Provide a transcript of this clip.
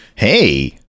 Hey